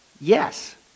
yes